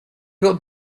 got